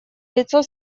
лицо